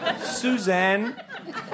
Suzanne